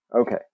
okay